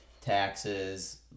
taxes